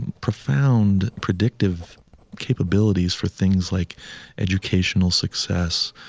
profound predictive capabilities for things like educational success,